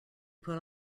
put